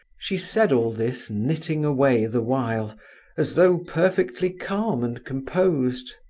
she said all this, knitting away the while as though perfectly calm and composed.